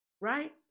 right